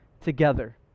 together